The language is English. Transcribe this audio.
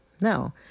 No